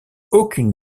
aucune